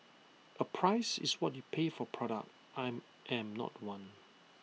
A 'price' is what you pay for product I am not one